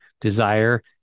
desire